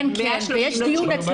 יהיה דיון פה בוועדה.